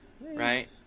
right